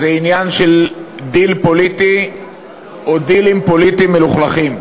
זה עניין של דיל פוליטי או דילים פוליטיים מלוכלכים.